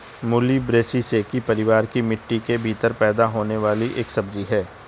मूली ब्रैसिसेकी परिवार की मिट्टी के भीतर पैदा होने वाली एक सब्जी है